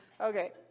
Okay